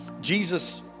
Jesus